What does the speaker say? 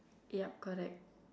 yup correct